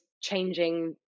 changing